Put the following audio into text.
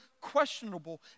questionable